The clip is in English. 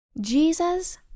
Jesus